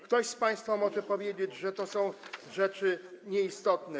Ktoś z państwa może powiedzieć, że to są rzeczy nieistotne.